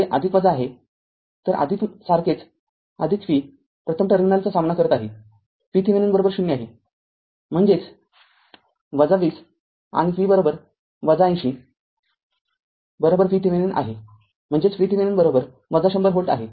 तरआदिक सारखेच V प्रथम टर्मिनलचा सामना करत आहे VThevenin ० आहे म्हणजेच २० आणि V ८० VTheveninआहे म्हणजेच VThevenin १०० व्होल्ट आहे